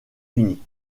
unis